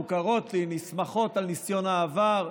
מוכרות ונסמכות על ניסיון העבר.